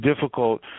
difficult